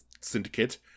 syndicate